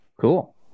cool